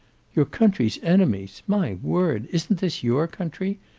your country s enemies. my word! isn't this your country?